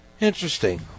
Interesting